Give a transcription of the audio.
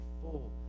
full